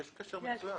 יש קשר מצוין.